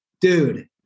dude